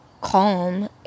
calm